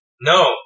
No